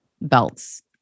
belts